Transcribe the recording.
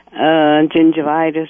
gingivitis